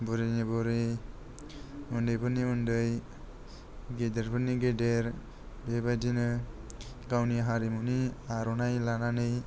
बुरैनि बुरै उन्दैफोरनि उन्दै गेदेरफोरनि गेदेर बेबादिनो गावनि हारिमुनि आर'नाय लानानै